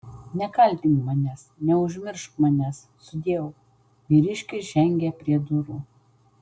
nekaltink manęs neužmiršk manęs sudieu vyriškis žengė prie durų